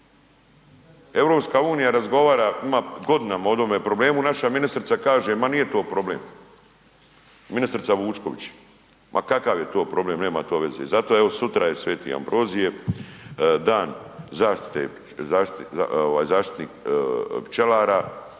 ljudi. EU razgovara ima godinama o tom problemu, naša ministrica kaže ma nije to problem, ministra Vučković. Ma kakav je to problem, nema to veze. I zato evo sutra je sv. Ambrozije zaštitnik pčelara.